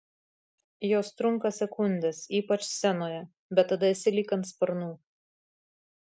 jos trunka sekundes ypač scenoje bet tada esi lyg ant sparnų